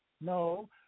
no